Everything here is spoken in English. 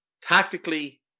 Tactically